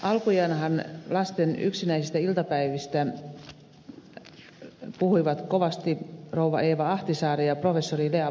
alkujaanhan lasten yksinäisistä iltapäivistä puhuivat kovasti rouva eeva ahtisaari ja professori lea pulkkinen